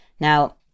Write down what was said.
Now